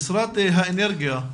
משרד האנרגיה,